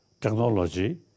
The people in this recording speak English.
technology